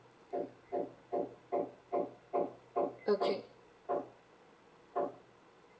okay